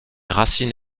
racines